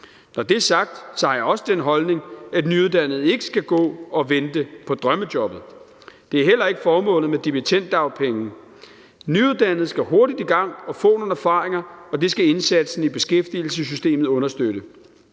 Når det er sagt, har jeg også den holdning, at nyuddannede ikke skal gå og vente på drømmejobbet – det er heller ikke formålet med dimittenddagpenge. Nyuddannede skal hurtigt i gang og få nogle erfaringer, og det skal indsatsen i beskæftigelsessystemet understøtte;